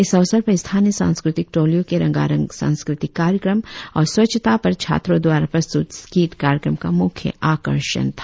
इस अवसर पर स्थानीय सांस्कृतिक टोलियों के रंगारंग सांस्कृतिक कार्यक्रम और स्वच्छता पर छात्रों द्वारा प्रस्तुत स्किट कार्यक्रम का मुख्य आकर्षण था